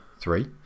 three